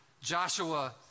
Joshua